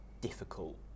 difficult